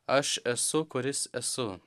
aš esu kuris esu